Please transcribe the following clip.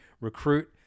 recruit